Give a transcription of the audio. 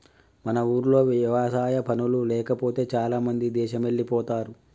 మన ఊర్లో వ్యవసాయ పనులు లేకపోతే చాలామంది దేశమెల్లిపోతారు